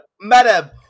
madam